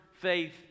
faith